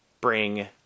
bring